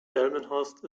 delmenhorst